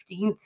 15th